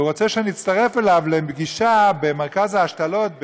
והוא רוצה שאני אצטרף אליו לפגישה במרכז ההשתלות,